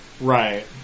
Right